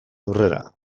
aurrera